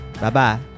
bye-bye